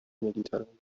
مدیترانه